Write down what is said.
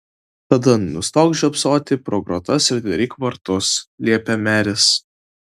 tada nustok žiopsoti pro grotas ir atidaryk vartus liepė meris